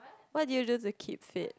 what do you do to keep fit